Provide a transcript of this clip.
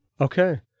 Okay